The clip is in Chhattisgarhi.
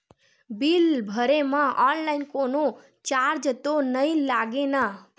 बिल भरे मा ऑनलाइन कोनो चार्ज तो नई लागे ना?